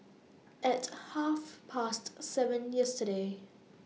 At Half Past seven yesterday